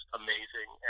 amazing